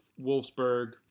Wolfsburg